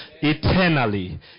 eternally